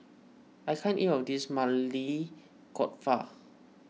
I can't eat all of this Maili Kofta